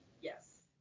Yes